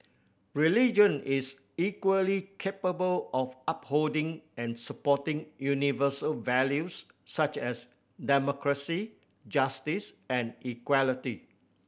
religion is equally capable of upholding and supporting universal values such as democracy justice and equality